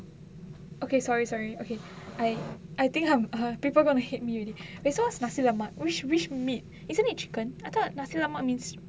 okay sorry sorry okay I I think err people going to hit me already that what is nasi lemak which which meat isn't it chicken I thought nasi lemak means